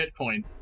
Bitcoin